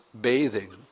bathing